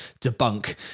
debunk